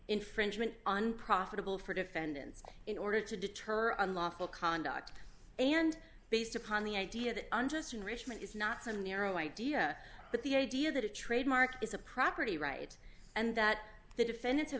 infringement unprofitable for defendants in order to deter unlawful conduct and based upon the idea that unjust enrichment is not some narrow idea but the idea that a trademark is a property right and that the def